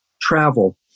travel